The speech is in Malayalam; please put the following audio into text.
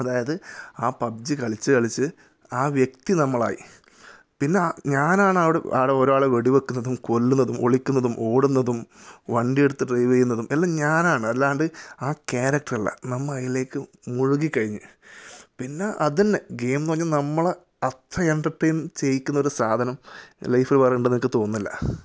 അതായത് ആ പബ്ജി കളിച്ച് കളിച്ച് ആ വ്യക്തി നമ്മളായി പിന്നെ ഞാനാണ് അവിടെ അവിടെ ഒരാളെ വെടി വയ്ക്കുന്നതും കൊല്ലുന്നതും ഒളിക്കുന്നതും ഓടുന്നതും വണ്ടിയെടുത്തു ഡ്രൈവ് ചെയ്യുന്നതും എല്ലാം ഞാനാണ് അല്ലാണ്ട് ആ ക്യാരക്ടർ അല്ല നമ്മൾ അതിലേക്ക് മുഴുകി കഴിഞ്ഞ് പിന്നെ അതുതന്നെ ഗെയിം എന്ന് പറഞ്ഞാൽ നമ്മളെ അത്ര എൻ്റെർടെയിൻ ചെയ്യിക്കുന്നൊരു സാധനം ലൈഫിൽ വേറെ ഉണ്ടെന്ന് എനിക്ക് തോന്നുന്നില്ല